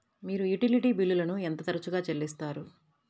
మీరు యుటిలిటీ బిల్లులను ఎంత తరచుగా చెల్లిస్తారు?